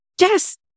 yes